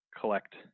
collect